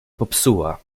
popsuła